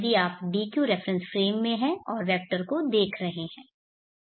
यदि आप dq reference frame में हैं और वेक्टर को देख रहे हैं